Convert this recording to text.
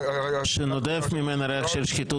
--- שנודף ממנה ריח של שחיתות,